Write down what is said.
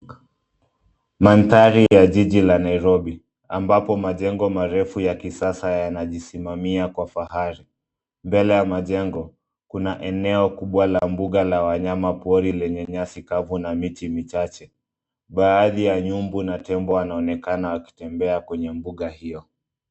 Mandhari ya jiji la Nairobi, ambapo majengo marefu ya kisasa yanajisimamia kwa fahari. Mbele ya majengo, kuna eneo kubwa la mbuga la wanyamapori lenye nyasi kavu na miti michache. Baadhi ya nyumbu na tembo wanaonekana wakitembea kwenye mbuga hiyo.